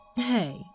hey